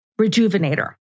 Rejuvenator